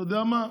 אתה יודע מה,